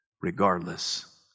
regardless